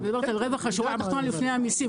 אני מדברת על רווח שורה תחתונה לפני המסים,